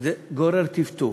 זה גורר טפטוף.